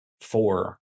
four